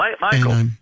Michael